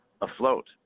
afloat